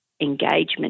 engagement